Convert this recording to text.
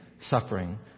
suffering